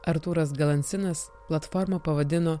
artūras galansinas platformą pavadino